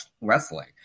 wrestling